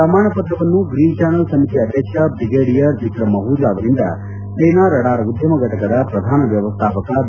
ಪ್ರಮಾಣ ಪತ್ರವನ್ನು green channel ಸಮಿತಿಯ ಅಧ್ವಕ್ಷ ಬ್ರಿಗೇಡಿಯರ್ ವಿಕ್ರಮ್ ಅಮಜ ಅವರಿಂದ ಸೇನಾ ರಡಾರ್ ಉದ್ಯಮ ಘಟಕದ ಪ್ರಧಾನ ವ್ಯವಸ್ಥಾಪಕ ಬಿ